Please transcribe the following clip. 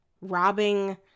robbing